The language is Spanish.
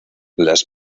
las